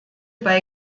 bei